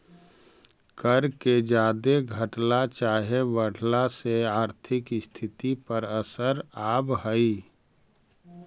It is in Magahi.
कर के जादे घटला चाहे बढ़ला से आर्थिक स्थिति पर असर आब हई